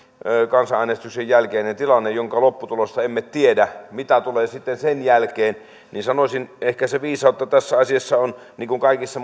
kansanäänestyksen jälkeinen tilanne jonka lopputulosta emme tiedä mitä tulee sitten sen jälkeen niin sanoisin että ehkä viisautta tässä asiassa on niin kuin kaikissa